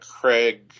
Craig